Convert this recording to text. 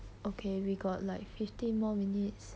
okay we got like fifteen more minutes